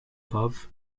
above